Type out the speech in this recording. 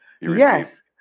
Yes